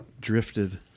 drifted